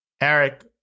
Eric